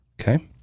okay